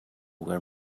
where